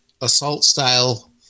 assault-style